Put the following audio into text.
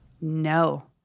No